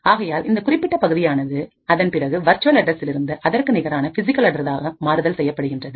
ஆகையால் இந்த குறிப்பிட்ட பகுதியானது அதன் பிறகு வர்ச்சுவல்அட்ரசிலிருந்து அதற்கு நிகரான பிசிகல் அட்ரசாக மாற்றுதல் செய்யப்படுகின்றது